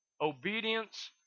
obedience